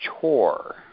chore